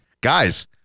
Guys